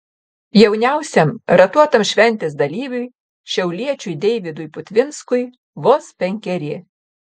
jauniausiam ratuotam šventės dalyviui šiauliečiui deividui putvinskui vos penkeri